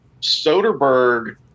Soderbergh